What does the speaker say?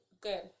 good